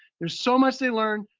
there's so much they learn,